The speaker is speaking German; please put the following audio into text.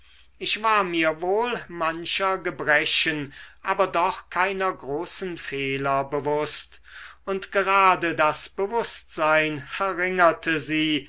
ich war mir wohl mancher gebrechen aber doch keiner großen fehler bewußt und gerade das bewußtsein verringerte sie